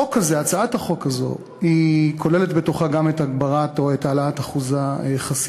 הצעת החוק הזו כוללת בתוכה גם את הגברת או את העלאת אחוז החסימה.